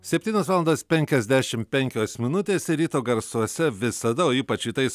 septynios valandos penkiasdešim penkios minutės ir ryto garsuose visada o ypač rytais